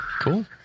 Cool